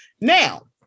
Now